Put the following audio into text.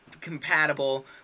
compatible